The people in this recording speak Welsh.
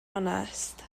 onest